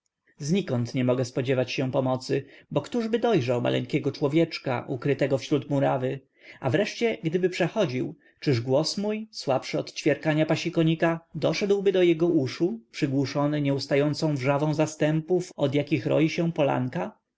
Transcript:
znikąd nie mogę spodziewać się pomocy bo któżby dojrzał maleńkiego człowieczka ukrytego wśród murawy a wreszcie gdyby przechodził czyż głos mój słabszy od ćwierkania pasikonika doszedłby do jego uszu przygłuszony nieustającą wrzawą zastępów od jakich roi się polanka